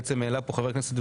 בעצם העלה פה חבר כנסת,